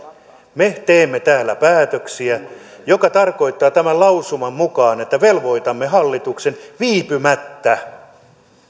me teemme täällä päätöksiä mikä tarkoittaa tämän lausuman mukaan että velvoitamme hallituksen viipymättä